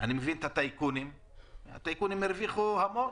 אני מבין את הטייקונים שהרוויחו המון,